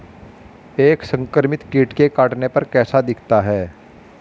एक संक्रमित कीट के काटने पर कैसा दिखता है?